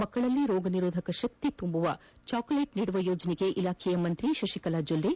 ಮಕ್ಕಳಲ್ಲಿ ರೋಗ ನಿರೋಧಕ ಶಕ್ತಿ ತುಂಬುವ ಚಾಕಲೇಟ್ ನೀಡುವ ಯೋಜನೆಗೆ ಇಲಾಖೆಯ ಸಚಿವೆ ಶುಕಲಾ ಜೊಲ್ಲೆ